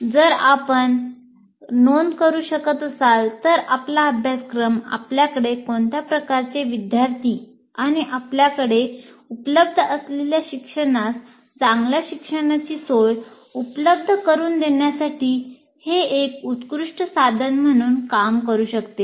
जर आपण नोंद करू शकत असाल तर आपला अभ्यासक्रमास आपल्याकडे कोणत्या प्रकारचे विद्यार्थी आणि आपल्याकडे उपलब्ध असलेल्या शिक्षणास चांगल्या शिक्षणाची सोय उपलब्ध करुन देण्यासाठी हे एक उत्कृष्ट साधन म्हणून काम करू शकते